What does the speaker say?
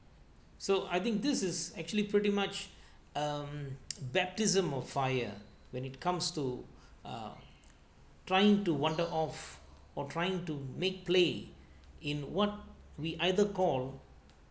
so I think this is actually pretty much um baptism of fire when it comes to uh trying to wander off or trying to make play in what we either call